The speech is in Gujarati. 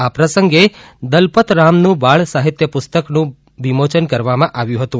આ પ્રસંગે દલપતરામનું બાળસાહિત્ય પુસ્તકનું વિમોચન કરવામાં આવ્યું હતું